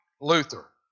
Luther